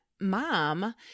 mom